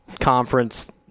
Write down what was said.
conference